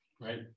right